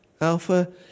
Alpha